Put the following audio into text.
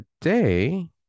Today